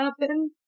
happen